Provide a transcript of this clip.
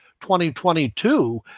2022